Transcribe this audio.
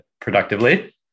productively